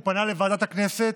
הוא פנה לוועדת הכנסת,